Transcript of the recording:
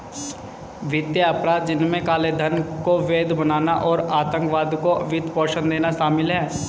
वित्तीय अपराध, जिनमें काले धन को वैध बनाना और आतंकवाद को वित्त पोषण देना शामिल है